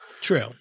True